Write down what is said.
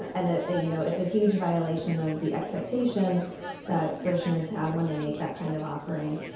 and ah you know it's a huge violation of the expectation that parishioners have when they make that kind of offering.